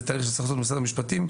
זה תהליך שצריך לעשות משרד המשפטים,